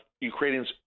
Ukrainians